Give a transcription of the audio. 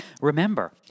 Remember